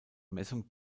messung